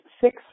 six